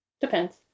Depends